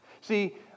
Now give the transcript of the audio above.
See